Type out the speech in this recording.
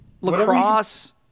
Lacrosse